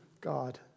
God